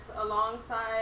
alongside